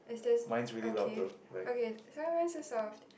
is this okay okay so am I still soft